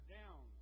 down